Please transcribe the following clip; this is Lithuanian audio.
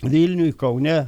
vilniuj kaune